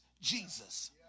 Jesus